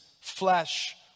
flesh